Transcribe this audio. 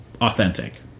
authentic